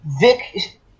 Vic